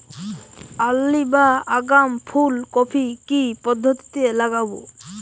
Early বা আগাম ফুল কপি কি পদ্ধতিতে লাগাবো?